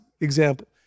example